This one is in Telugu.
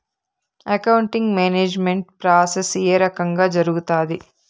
అకౌంటింగ్ మేనేజ్మెంట్ ప్రాసెస్ ఏ రకంగా జరుగుతాది